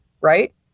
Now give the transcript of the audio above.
right